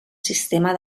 sistema